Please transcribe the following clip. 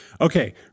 Okay